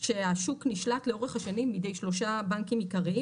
כשהשוק נשלט לאורך השנים בידי שלושה בנקים עיקריים